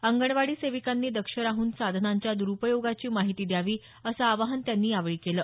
अंगणवाडी सेविकांनी दक्ष राहून साधनांच्या द्रुपयोगाची माहिती द्यावी असं आवाहन त्यांनी केलं